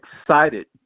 excited